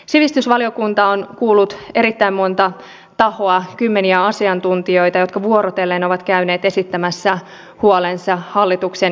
sivistysvaliokunta on kuullut erittäin monta tahoa kymmeniä asiantuntijoita jotka vuorotellen ovat käyneet esittämässä huolensa hallituksen esityksistä